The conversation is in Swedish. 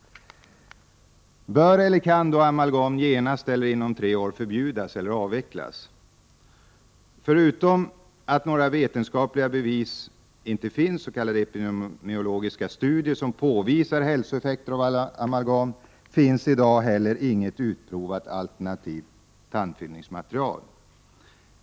Bör eller kan då amalgam genast eller inom tre år förbjudas eller avvecklas? Förutom att några vetenskapliga bevis inte finns — s.k. epidemiologiska studier som påvisar hälsoeffekter av amalgam — finns i dag heller inget utprovat alternativt tandfyllningsmaterial.